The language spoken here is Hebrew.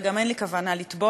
וגם אין לי כוונה לטבול,